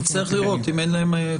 כן, נצטרך לראות אם אין להם צורך בהתאמה.